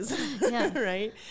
right